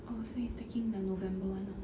oh so he's taking the november one ah